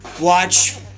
watch